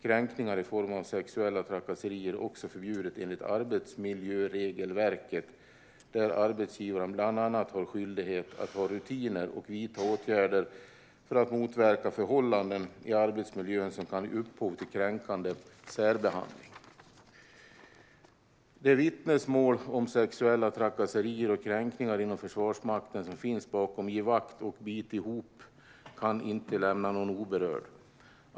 Kränkningar i form av sexuella trakasserier är också förbjudet enligt arbetsmiljöregelverket där arbetsgivaren bland annat har skyldighet att ha rutiner och vidta åtgärder för att motverka förhållanden i arbetsmiljön som kan ge upphov till kränkande särbehandling. De vittnesmål om sexuella trakasserier och kränkningar inom Försvarsmakten som finns bakom givaktochbitihop kan inte lämna någon oberörd.